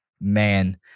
Man